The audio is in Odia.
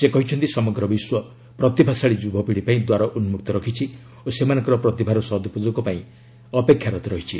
ସେ କହିଛନ୍ତି ସମଗ୍ର ବିଶ୍ୱ ପ୍ରତିଭାଶାଳୀ ଯୁବପୀଢ଼ି ପାଇଁ ଦ୍ୱାର ଉନ୍କକ୍ତ ରଖିଛି ଓ ସେମାନଙ୍କର ପ୍ରତିଭାର ସଦୁପଯୋଗ ପାଇଁ ଅପେକ୍ଷାରତ ରହିଛି